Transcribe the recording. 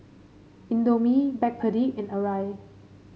Indomie Backpedic and Arai